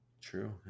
True